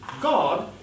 God